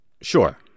Sure